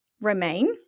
remain